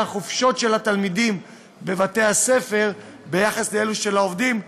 החופשה של התלמידים בבתי-הספר ובין אלו של העובדים,